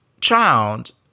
child